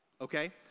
okay